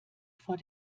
vor